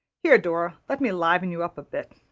here, dora, let me liven you up a bit.